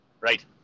Right